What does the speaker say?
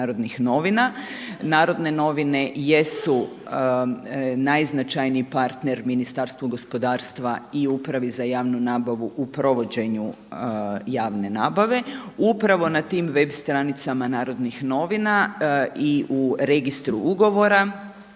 Narodne novine jesu najznačajniji partner Ministarstvu gospodarstva i Upravi za javnu nabavu u provođenju javne nabave. Upravo na tim web stranicama Narodnih novina i u Registru ugovora